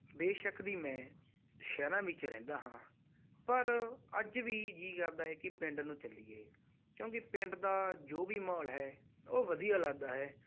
ਬੇਸ਼ੱਕ ਦੀ ਮੈਂ ਸ਼ਹਿਰਾਂ ਵਿੱਚ ਰਹਿੰਦਾ ਹਾਂ ਪਰ ਅੱਜ ਵੀ ਜੀਅ ਕਰਦਾ ਹੈ ਕਿ ਪਿੰਡ ਨੂੰ ਚੱਲੀਏ ਕਿਉਂਕਿ ਪਿੰਡ ਦਾ ਜੋ ਵੀ ਮਾਹੌਲ ਹੈ ਉਹ ਵਧੀਆ ਲੱਗਦਾ ਹੈ